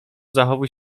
zachowuj